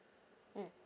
mm